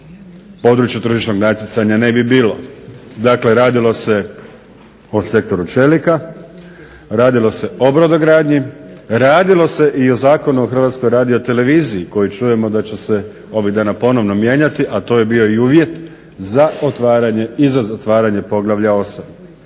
području tržišnog natjecanja ne bi bilo. Dakle, radilo se o sektoru čelika, radilo se o brodogradnji, radilo se i o Zakonu o Hrvatskoj radio-televiziji koju čujemo da će se ovih dana ponovno mijenjati, a to je bio i uvjet za otvaranje i za zatvaranje poglavlja 8.